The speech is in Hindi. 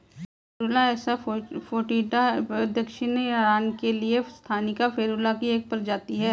फेरुला एसा फोएटिडा दक्षिणी ईरान के लिए स्थानिक फेरुला की एक प्रजाति है